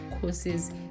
courses